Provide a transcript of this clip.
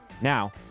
Now